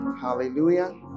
Hallelujah